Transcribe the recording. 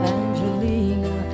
Angelina